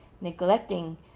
neglecting